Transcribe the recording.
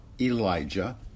Elijah